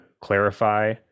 clarify